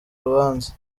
rubanza